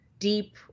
deep